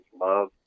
love